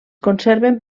conserven